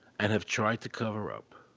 and have tried to cover up.